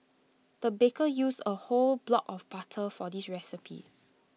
the baker used A whole block of butter for this recipe